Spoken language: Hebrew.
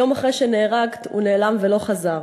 יום אחרי שנהרגת הוא נעלם ולא חזר.